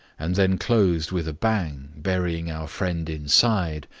and then closed with a bang, burying our friend inside,